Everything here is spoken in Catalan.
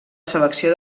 selecció